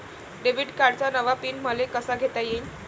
Debit कार्डचा नवा PIN मले कसा घेता येईन?